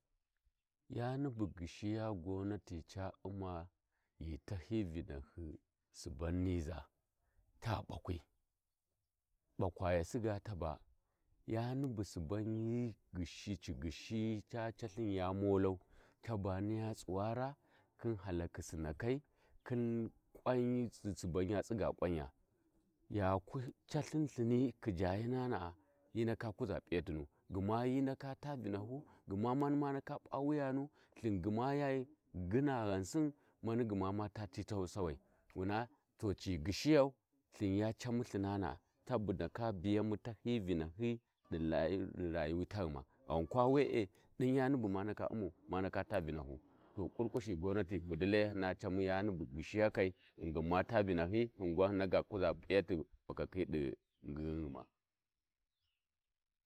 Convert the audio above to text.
﻿Yani bugushiya gwannati ca uma ghi tahi Vinahi Suban niʒa ta ɓakwi, ɓakwayasi ga taba yani bu subanhi gyishi ci gyishiyi ya molau caba nija tsowara khin hakhi Sinakai khin kwanyi Suba ya tsiga kwanya ya ku calthin lthini khijagana’a hi ndaka kuʒa p’iyatinu gma hi ndaka taa Vinihu gma mani ma ndaka p’a wuyanu lhin gma ya ghura ghansin man gma ma ta ti tah ti sawai wuna to ci gyishiyau lthin ya comu lthinawa tabu ndaka bigamu tahiyi vinahi di liyi di ruyuwi taghuma ghankwa wee diu yani bu ma ndaka umau ma ndaka ta vinahu to kurkushi gwamnati to kudile hina camu yani bu ghishiyakai ghigin ma ta vinahi hingwa hina ga kuʒa p’iyati fakakhi di di lthin guma.